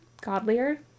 godlier